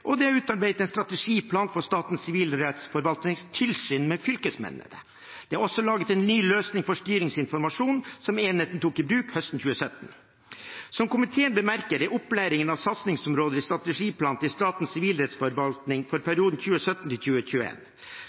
og de har utarbeidet en strategiplan for Statens sivilrettsforvaltnings tilsyn med fylkesmennene. Det er også laget en ny løsning for styringsinformasjon, som enheten tok i bruk høsten 2017. Som komiteen bemerker, er opplæring et satsingsområde i strategiplanen til Statens sivilrettsforvaltning for perioden 2017–2021. Det legges opp til